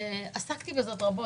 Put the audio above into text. עסקתי בזה רבות,